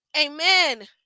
Amen